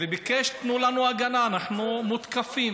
תנו לנו הגנה, אנחנו מותקפים.